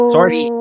sorry